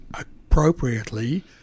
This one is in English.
appropriately